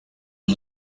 and